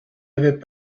avait